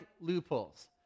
loopholes